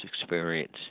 experience